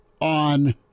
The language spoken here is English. on